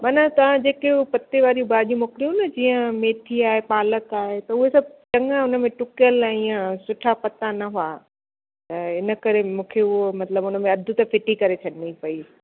मन तव्हां जेकियूं पत्ते वारियूं भाॼियूं मोकिलियूं हुयूं न जीअं मेथी आहे पालक आहे त उहे सभु चङा हुन में टुकियल हीअं सुठा पत्ता न हुआ त इन करे मूंखे उहो मतिलबु उन में अध त फ़िटी करे छॾिणी पई